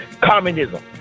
communism